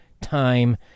time